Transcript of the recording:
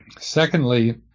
secondly